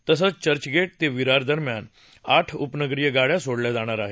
तसंच चर्चगेट ते विरार दरम्यान आठ उपनगरीय गाड्या सोडल्या जाणार आहेत